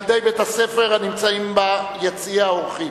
ילדי בית-הספר הנמצאים ביציע האורחים,